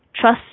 Trust